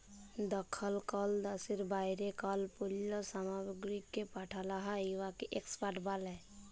যখল কল দ্যাশের বাইরে কল পল্ল্য সামগ্রীকে পাঠাল হ্যয় উয়াকে এক্সপর্ট ব্যলে